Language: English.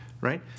right